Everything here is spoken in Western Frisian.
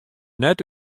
net